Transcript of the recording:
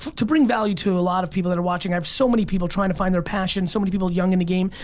to bring value to a lot of people that are watching, i have so many people trying to find their passion, so many people young in the game,